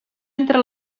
entre